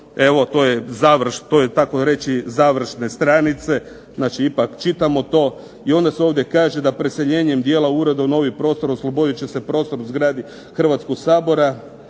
evo to je tako reći završne stranice, znači ipak čitamo to, i onda se ovdje kaže da preseljenjem dijela ureda u novi prostor oslobodit će se prostor u zgradi Hrvatskog sabora,